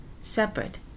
separate